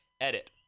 Edit